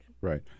right